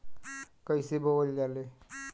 कईसे बोवल जाले?